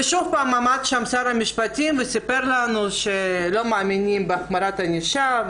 ושוב עמד שר המשפטים וסיפר לנו שלא מאמינם בהחמרת ענישה,